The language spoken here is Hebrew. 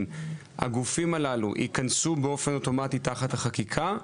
הגופים הללו ייכנסו באופן אוטומטי תחת החקיקה?